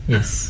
Yes